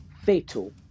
fatal